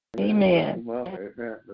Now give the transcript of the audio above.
Amen